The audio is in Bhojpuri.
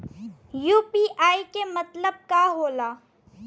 यू.पी.आई के मतलब का होला?